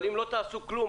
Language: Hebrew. אבל אם לא תעשו כלום,